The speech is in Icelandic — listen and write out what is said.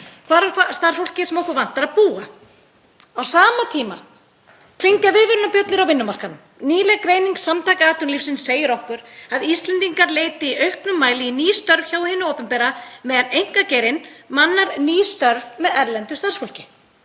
Hvar á starfsfólkið sem okkur vantar að búa? Á sama tíma klingja viðvörunarbjöllur á vinnumarkaðnum. Nýleg greining Samtaka atvinnulífsins segir okkur að Íslendingar leiti í auknum mæli í ný störf hjá hinu opinbera meðan einkageirinn mannar ný störf með erlendu starfsfólki.